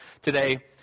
today